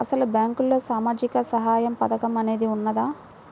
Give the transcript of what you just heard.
అసలు బ్యాంక్లో సామాజిక సహాయం పథకం అనేది వున్నదా?